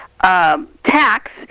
tax